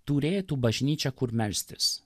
turėtų bažnyčią kur melstis